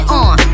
on